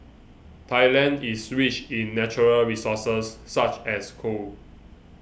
Thailand is rich in natural resources such as coal